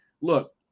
look